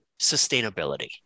sustainability